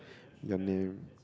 your name